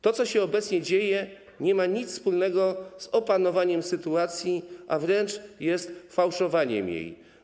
To, co się obecnie dzieje, nie ma nic wspólnego z opanowaniem sytuacji, a wręcz jest fałszowaniem jej.